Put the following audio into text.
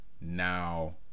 Now